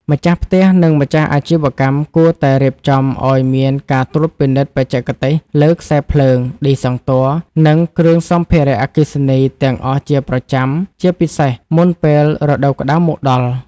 ម្ចាស់ផ្ទះ និងម្ចាស់អាជីវកម្មគួរតែរៀបចំឱ្យមានការត្រួតពិនិត្យបច្ចេកទេសលើខ្សែភ្លើង ឌីសង់ទ័រ និងគ្រឿងសម្ភារៈអគ្គិសនីទាំងអស់ជាប្រចាំ ជាពិសេសមុនពេលរដូវក្ដៅមកដល់។